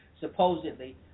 supposedly